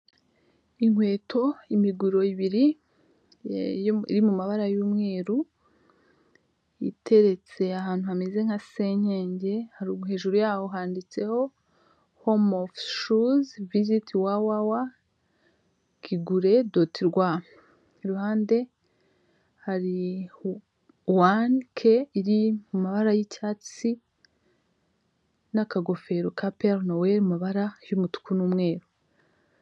Inkweto imiguru ibiri ye y'umu iri mu mabara y'umweru, iteretse ahantu hameze nka senkenge haru hejuru yaho handitseho homo shuze viziti wawawa kigure doti rwa, iruhande hari wani ke iri mu bara y'icyatsi, n'akagofero ka perenoweri mu mabara y'umutuku n'umweru.